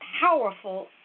powerful